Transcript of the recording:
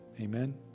Amen